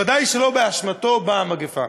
ודאי לא באשמתו באה המגפה.